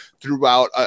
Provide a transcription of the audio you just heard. throughout